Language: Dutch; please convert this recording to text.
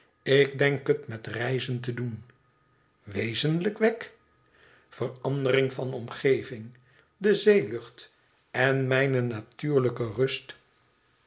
ik denk het met reizen te doen wezenlijk wegg verandering van omgeving de zeelucht en mijne natuurlijke rust